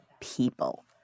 people